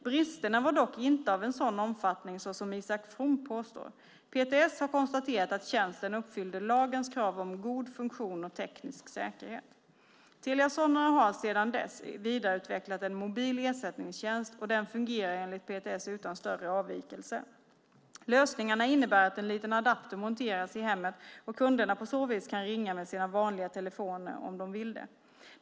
Bristerna var dock inte av en sådan omfattning som Isak From påstår. PTS har konstaterat att tjänsten uppfyllde lagens krav om god funktion och teknisk säkerhet. Telia Sonera har sedan dess vidareutvecklat en mobil ersättningstjänst, och den fungerar enligt PTS utan större avvikelser. Lösningarna innebär att en liten adapter monteras i hemmet och kunderna på så vis kan ringa med sina vanliga telefoner om de vill det.